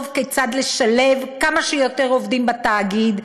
כיצד לשלב כמה שיותר עובדים בתאגיד,